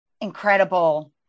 incredible